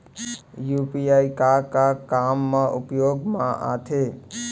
UPI का का काम मा उपयोग मा आथे?